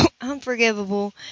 Unforgivable